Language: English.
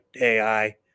AI